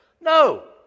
No